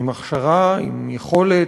עם הכשרה, עם יכולת,